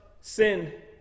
sin